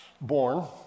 born